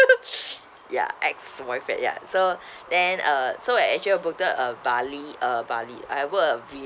ya ex-boyfriend ya so then uh so actually uh booked uh bali uh bali I have booked a